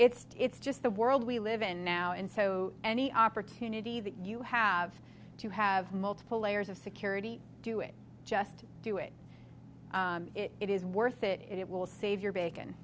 it it's just the world we live in now and so any opportunity that you have to have multiple layers of security do it just do it it is worth it it will save your ba